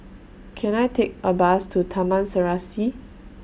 Can I Take A Bus to Taman Serasi